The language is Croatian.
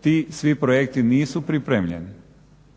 ti svi projekti nisu pripremljeni.